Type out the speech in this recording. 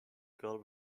girl